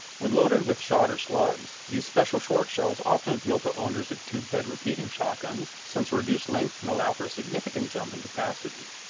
when loaded with shot or slugs, these special short shells often appeal to owners of tube-fed repeating shotguns, since the reduced length can allow for a significant jump in capacity.